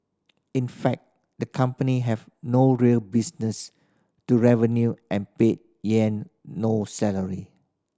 in fact the company have no real business to revenue and paid Yang no salary